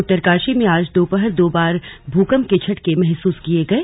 उत्तरकाशी में आज दो पहर दो बार भूकंप के झटके महसूस किए गए